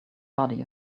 body